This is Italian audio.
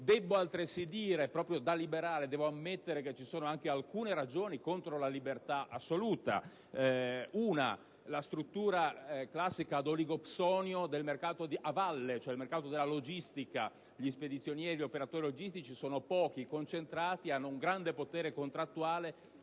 Debbo altresì ammettere, proprio da liberale, che ci sono anche alcune ragioni contro la libertà assoluta. In primo luogo, la struttura classica ad oligopsonio del mercato a valle, cioè il mercato della logistica: gli spedizionieri e gli operatori logistici sono pochi e concentrati, hanno un grande potere contrattuale